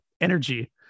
energy